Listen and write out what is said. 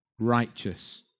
Righteous